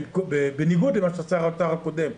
בניגוד לשר האוצר הקודם,